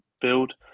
build